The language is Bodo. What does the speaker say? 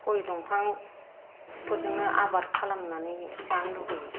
गय दंफांफोरजोंनो आबाद खालामनानै जानो लुबैयो